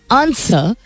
answer